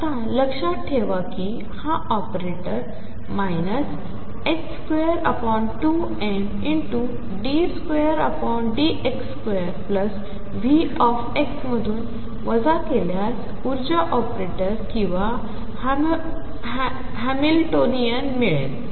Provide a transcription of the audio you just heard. आतालक्षातठेवाकीहाऑपरेटर 22md2dx2Vxमधूनवजाकेल्यासऊर्जाऑपरेटरकिंवाहॅमिल्टोनियनमिळेल